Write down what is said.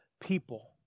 people